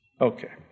Okay